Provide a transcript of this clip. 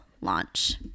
launch